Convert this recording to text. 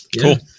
Cool